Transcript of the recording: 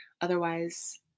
Otherwise